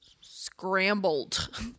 Scrambled